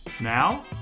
Now